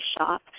shop